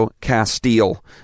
Castile